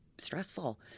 stressful